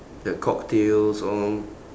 the cocktails all